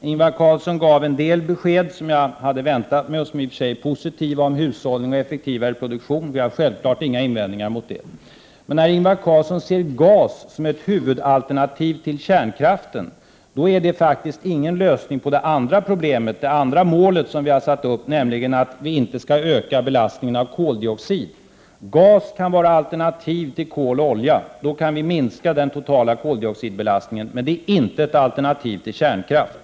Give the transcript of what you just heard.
Ingvar Carlsson gav en del besked som jag hade väntat mig och som i och för sig är positiva om hushållning och effektivare produktion. Vi har självfallet inga invändningar mot sådana saker. När Ingvar Carlsson emellertid ser gas som ett huvudalternativ till kärnkraften, då är detta ingen väg att nå det andra mål som vi har satt upp, nämligen att vi inte skall öka belastningen av koldioxid. Gas kan vara alternativ till kol och olja, därmed kan vi minska den totala koldioxidbelastningen, men den är inte ett alternativ till kärnkraften.